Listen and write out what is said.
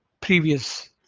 previous